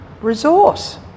resource